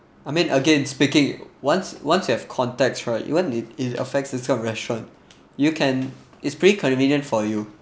I mean again speaking once once you have contacts right it won't it it affects this kind of restaurant you can it's pretty convenient for you